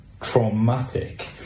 traumatic